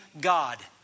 God